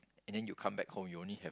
and then you come back home you only have